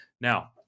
Now